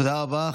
תודה רבה.